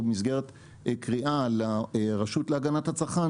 או במסגרת קריאה לרשות להגנת הצרכן,